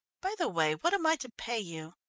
by the way, what am i to pay you?